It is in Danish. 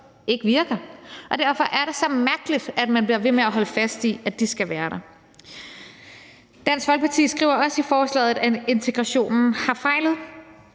ikke virker, og derfor er det så mærkeligt, at man bliver ved med at holde fast i, at de skal være der. Dansk Folkeparti skriver også i forslaget, at integrationen har fejlet,